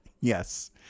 Yes